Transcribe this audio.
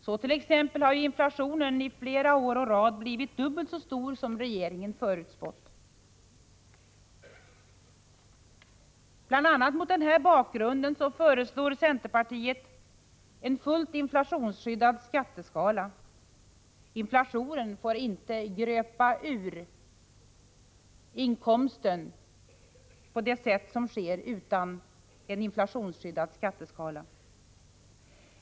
Så t.ex. har inflationen i flera år i rad blivit dubbelt så stor som regeringen förutspått. Bl. a. mot denna bakgrund föreslår centerpartiet fullt inflationsskydd av skatteskalan. Inflationen får inte gröpa ur inkomsten på det sätt som sker utan en inflationsskyddad skatteskala.